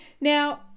now